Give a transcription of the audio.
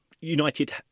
United